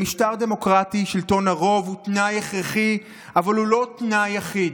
במשטר דמוקרטי שלטון הרוב הוא תנאי הכרחי אבל הוא לא תנאי יחיד.